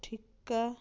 ଠିକା